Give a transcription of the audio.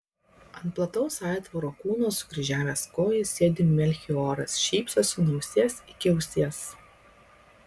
ant plataus aitvaro kūno sukryžiavęs kojas sėdi melchioras šypsosi nuo ausies iki ausies